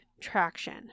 traction